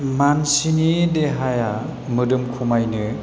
मानसिनि देहाया मोदोम खमायनो